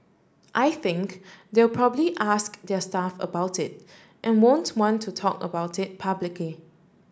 I think they'll probably ask their staff about it and won't want to talk about it publicly